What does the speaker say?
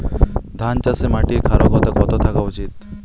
ধান চাষে মাটির ক্ষারকতা কত থাকা উচিৎ?